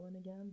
again